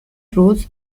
ruth